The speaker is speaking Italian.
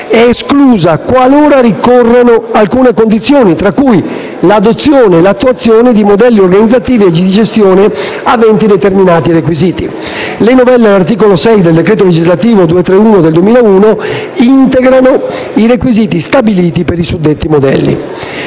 quest'ultimo è esclusa qualora ricorrano alcune condizioni, tra cui l'adozione e l'attuazione di modelli di organizzazione e gestione aventi determinati requisiti. Le novelle all'articolo 6 del decreto legislativo n. 231 del 2001 integrano i requisiti stabiliti per i suddetti modelli.